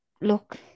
look